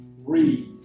read